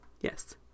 Yes